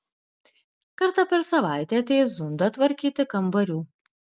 kartą per savaitę ateis zunda tvarkyti kambarių